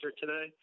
today